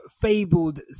fabled